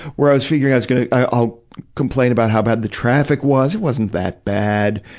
where i as figuring i was gonna, i'll complain about how bad the traffic was it wasn't that bad.